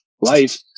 life